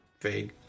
vague